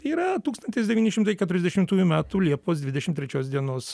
yra tūkstantis devyni šimtai keturiasdešimtųjų metų liepos dvidešim trečios dienos